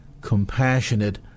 compassionate